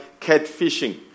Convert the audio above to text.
catfishing